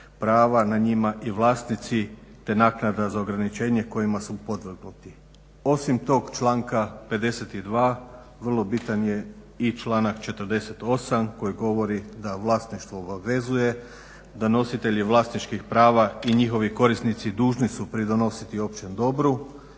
prava na njima i vlasnici te naknada za ograničenje kojima su podvrgnuti. Osim tog članka 52. vrlo bitan je i članak 48. koji govori da vlasništvo obavezuje, da nositelji vlasničkih prava i njihovi korisnici dužni su pridonositi općem dobru.